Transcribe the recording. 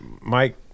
Mike